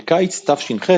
בקיץ תש"ח,